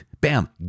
Bam